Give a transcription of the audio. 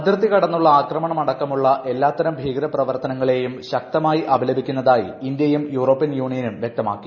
അതിർത്തി കടന്നുള്ള ആക്രമണം അടക്കമുള്ള എല്ലാത്തരം ഭീകര പ്രവർത്തനങ്ങളെയും ശക്തമായി അപലപിക്കുന്നതായി ഇന്തൃയും യൂറോപ്യൻ യൂണിയനും വൃക്തമാക്കി